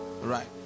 right